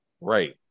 Right